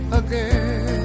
again